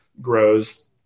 grows